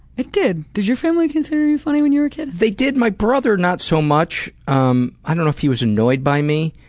it did. did your family consider you funny when you were a kid? they did my brother not so much. um i don't know if he was annoyed by me